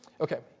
Okay